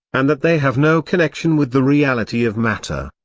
and that they have no connection with the reality of matter.